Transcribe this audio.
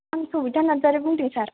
आं सबिता नार्जारि बुंदों सार